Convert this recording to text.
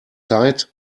zeit